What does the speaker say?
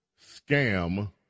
scam